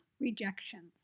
rejections